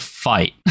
Fight